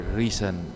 reason